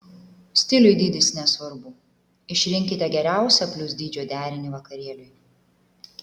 stiliui dydis nesvarbu išrinkite geriausią plius dydžio derinį vakarėliui